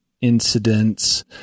incidents